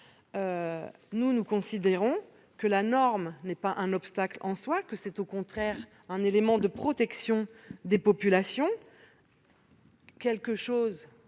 cours. Nous considérons que la norme n'est pas un obstacle en soi, qu'elle est au contraire un élément de protection des populations,